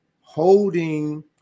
holding